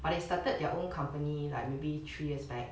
but they started their own company like maybe three years back